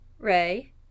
Ray